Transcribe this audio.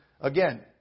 Again